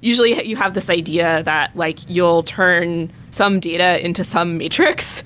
usually, you have this idea that like you'll turn some data into some matrix